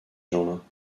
jeanlin